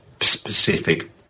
specific